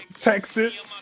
Texas